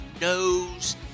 knows –